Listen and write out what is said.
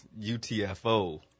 UTFO